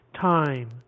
time